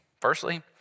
Firstly